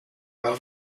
par